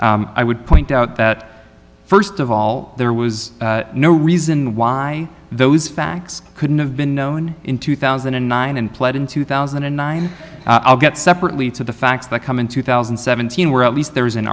trust i would point out that first of all there was no reason why those facts couldn't have been known in two thousand and nine and played in two thousand and nine i'll get separately to the facts that come in two thousand and seventeen where at least there is an